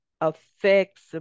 affects